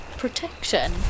protection